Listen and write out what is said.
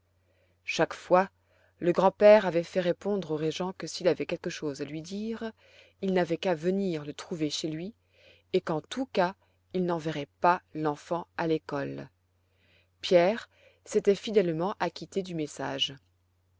chaque fois le grand-père avait fait répondre au régent que s'il avait quelque chose à lui dire il n'avait qu'à venir le trouver chez lui et qu'en tout cas il n'enverrait pas l'enfant à l'école pierre s'était fidèlement acquitté du message